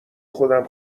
خودم